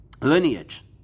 lineage